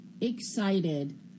excited